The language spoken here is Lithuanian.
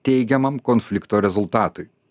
teigiamam konflikto rezultatui